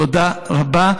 תודה רבה,